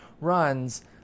runs